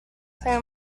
clear